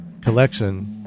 Collection